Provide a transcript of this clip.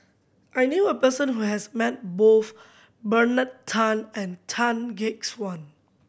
I knew a person who has met both Bernard Tan and Tan Gek Suan